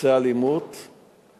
נושא האלימות הוא